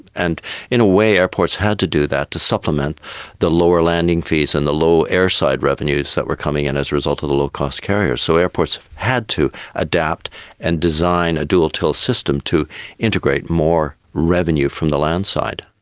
and in a way airports had to do that to supplement the lower landing fees and the low air side revenues that were coming in as a result of the low-cost carriers. so airports had to adapt and design a dual-till system to integrate more revenue from the land site.